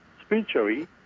spiritually